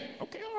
Okay